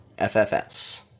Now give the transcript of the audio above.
FFS